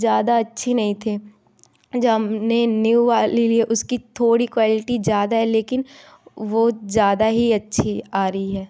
ज़्यादा अच्छी नहीं थी जो हमने न्यू वाली ली है उसकी थोड़ी क्वालिटी ज़्यादा है लेकिन वह ज़्यादा ही अच्छी आ रही है